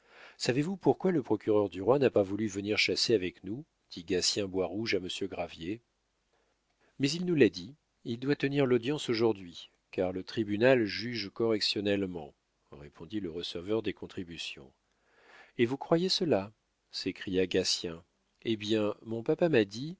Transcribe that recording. savez-vous pourquoi le procureur du roi n'a pas voulu venir chasser avec nous dit gatien boirouge à monsieur gravier mais il nous l'a dit il doit tenir l'audience aujourd'hui car le tribunal juge correctionnellement répondit le receveur des contributions et vous croyez cela s'écria gatien eh bien mon papa m'a dit